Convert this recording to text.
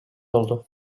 oldu